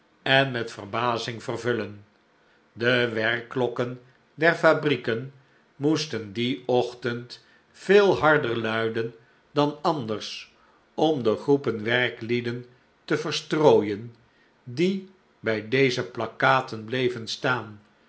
en met verbazing vervullen de werkklokken der fabrieken moesten dien ochtend veel harder luiden dan anders om de groepen werklieden te verstrooien die bij deze plakkaten bleven staan